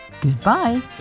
Goodbye